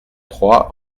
trois